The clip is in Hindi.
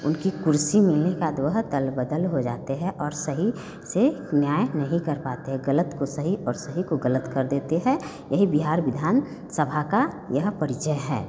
उनकी कुर्सी का दो ह दल बदल ही जाते हैं और सही से न्याय नहीं कर पाते हैं गलत को सही और सही को गलत कर देते हैं यही बिहार विधान सभा का यह परिचय है